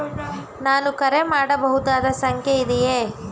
ನಾನು ಕರೆ ಮಾಡಬಹುದಾದ ಸಂಖ್ಯೆ ಇದೆಯೇ?